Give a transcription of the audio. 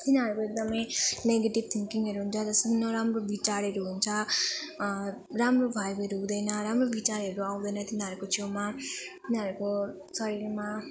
तिनीहरूको एकदम नेगेटिभ थिङ्किङहरू हुन्छ जस्तो नराम्रो विचारहरू हुन्छ राम्रो भाइबहरू हुँदैन राम्रो विचारहरू आउँदैन तिनीहरूको छेउमा तिनीहरूको शरीरमा